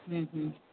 हमम हमम